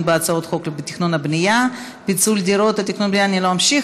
בהצעות חוק התכנון והבנייה (פיצול דירות) ואני לא אמשיך,